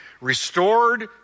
restored